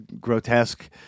grotesque